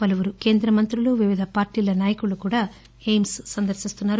పలువురు కేంద్రమంత్రులు వివిధ పార్టీల నాయకులు కూడా ఎయిమ్స్ ను సందర్శిస్తున్నారు